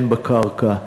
הן בקרקע,